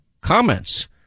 comments